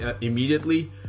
immediately